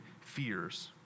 fears